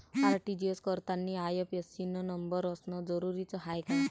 RTGS करतांनी IFSC न number असनं जरुरीच हाय का?